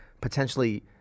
potentially